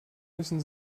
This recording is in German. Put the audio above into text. müssen